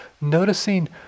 noticing